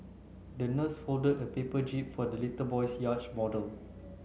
the nurse folded a paper jib for the little boy's yacht model